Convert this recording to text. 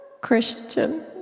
Christian